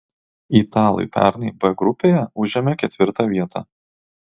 italai pernai b grupėje užėmė ketvirtą vietą